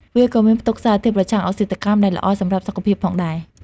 វាក៏មានផ្ទុកសារធាតុប្រឆាំងអុកស៊ីតកម្មដែលល្អសម្រាប់សុខភាពផងដែរ។